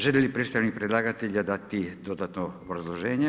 Želi li predstavnik predlagatelja dati dodatno obrazloženje?